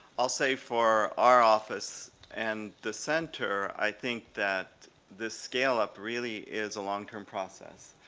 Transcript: i'll say for our office and the center i think that this scale-up really is a long-term process.